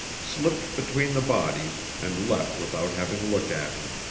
slipped between the bodies and left without having looked at him.